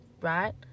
Right